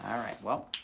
all right well,